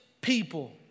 people